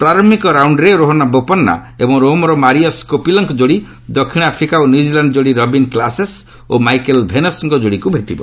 ପ୍ରାରମ୍ଭିକ ରାଉଣ୍ଡରେ ରୋହନ ବୋପନ୍ନା ଏବଂ ରୋମ୍ର ମାରିଅସ୍ କୋପିଲ୍ଙ୍କ ଯୋଡ଼ି ଦକ୍ଷିଣ ଆଫ୍ରିକା ଓ ନ୍ୟୁଜିଲାଣ୍ଡ ଯୋଡ଼ି ରବିନ୍ କ୍ଲାସେନ୍ ଓ ମାଇକେଲ୍ ଭେନସ୍ଙ୍କ ଯୋଡ଼ିକୁ ଭେଟିବ